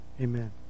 Amen